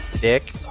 Dick